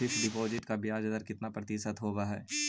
Fix deposit का ब्याज दर कितना प्रतिशत होब है?